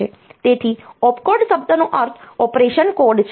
તેથી ઓપકોડ શબ્દનો અર્થ ઓપરેશન કોડ છે